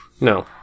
No